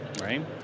right